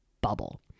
bubble